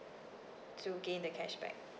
to gain the cashback